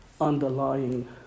underlying